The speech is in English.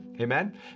Amen